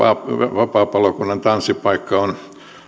vapaapalokunnan tanssipaikka on